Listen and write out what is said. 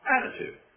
Attitude